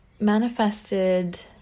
manifested